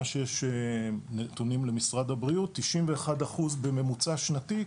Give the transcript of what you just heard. שיש נתונים למשרד הבריאות 91% בממוצע שנתי,